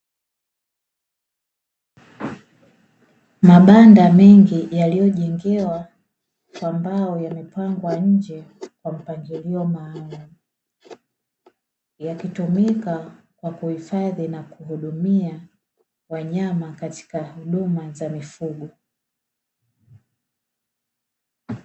Mabanda mengi yaliyojengwa kwa mbao yamepangwa nje kwa mpangilio maalumu, yakitumika kwa kuhifadhi na kuhudumia wanyama katika huduma za mifugo.